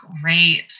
Great